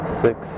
six